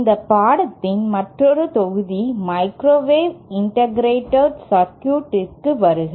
இந்த பாடத்திட்டத்தின் மற்றொரு தொகுதி 'மைக்ரோவேவ் இண்டகிரேட்டட் சர்க்யூட்க்கு' வருக